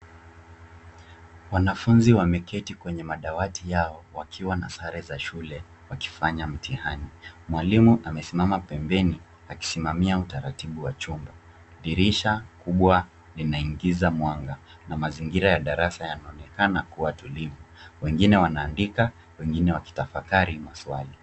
Wanafunzi wameketi kwenye madawati yao wakiwa na sare za shule wakifanya mtihani. Mwalimu amesimama pembeni akisimamia utaratibu wa chumba. Dirisha kubwa linaingiza mwanga na mazingira ya darasa yaonekana kuwa tulivu wengine wanaandika wengine wakitafakari maswali.